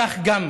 כך עזר גם